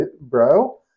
bro